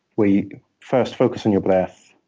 where you first focus on your breath,